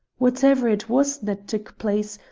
whatever it was that took place,